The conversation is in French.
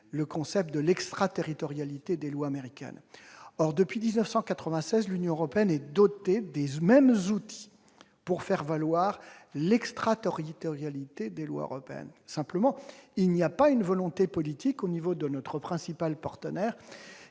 le concept d'extraterritorialité des lois américaines. Depuis 1996, l'Union européenne est dotée des mêmes outils pour faire valoir l'extraterritorialité des lois européennes ; simplement, il n'y a pas de volonté politique de notre principal partenaire,